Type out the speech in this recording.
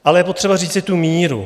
Ale je potřeba říct tu míru.